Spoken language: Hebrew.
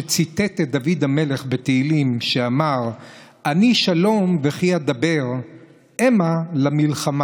שציטט את דוד המלך בתהילים שאמר: "אני שלום וכי אדבר המה למלחמה".